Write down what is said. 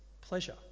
pleasure